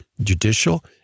judicial